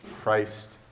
Christ